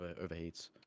overheats